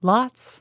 Lots